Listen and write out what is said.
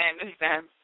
understand